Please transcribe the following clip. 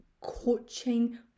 coaching